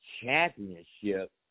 championship